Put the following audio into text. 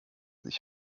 nicht